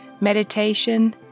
meditation